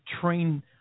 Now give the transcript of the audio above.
train